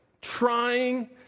trying